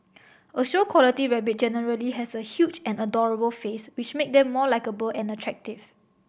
a show quality rabbit generally has a huge and adorable face which make them more likeable and attractive